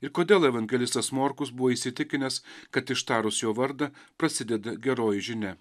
ir kodėl evangelistas morkus buvo įsitikinęs kad ištarus jo vardą prasideda geroji žinia